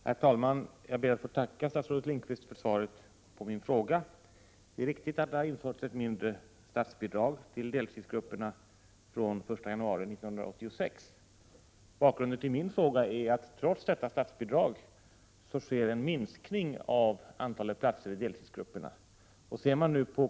Herr talman! Jag ber att få tacka statsrådet Lindqvist för svaret på min fråga. Det är riktigt att det från den 1 januari 1986 har införts ett mindre statsbidrag till deltidsgrupperna. Bakgrunden till min fråga är att det trots detta statsbidrag sker en minskning av antalet platser i deltidsgrupperna.